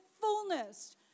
fullness